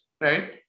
Right